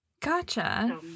gotcha